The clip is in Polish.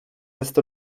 jest